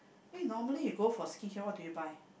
eh normally you go for skin care what do you buy